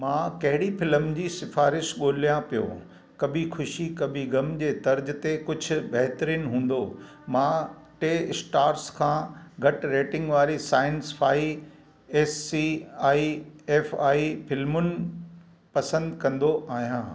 मां कहिड़ी फ़िल्म जी सिफ़ारिशु ॻोल्हियां पियो कभी खुशी कभी गम जे तर्जु ते कुझु बहहितरीनु हूंदो मां टे स्टार्स खां घटि रेटिंग वारी science fi S C I F I फिल्मुनि पसंदि कंदो आहियां